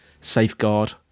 safeguard